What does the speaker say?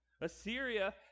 Assyria